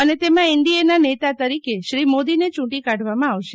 અને તેમાં એનડીએના નેતા તરીકે શ્રી મોદીને ચૂંટી કાઢવામાં આવશે